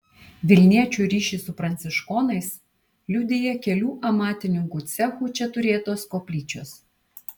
vilniečių ryšį su pranciškonais liudija kelių amatininkų cechų čia turėtos koplyčios